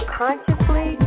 consciously